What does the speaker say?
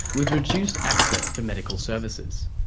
with reduced access to medical services.